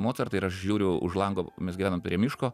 mocartą ir aš žiūriu už lango mes gyvenam prie miško